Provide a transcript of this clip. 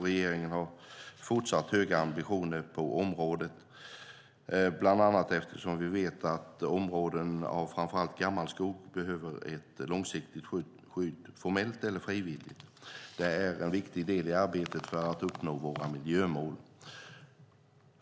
Regeringen har fortsatt höga ambitioner på området, bland annat eftersom vi vet att områden av framför allt gammal skog behöver ett långsiktigt skydd, formellt eller frivilligt. Det är en viktig del i arbetet för att uppnå våra miljömål.